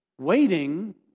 Waiting